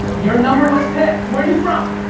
your number was picked, where you from?